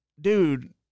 dude